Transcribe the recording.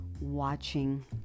watching